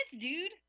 dude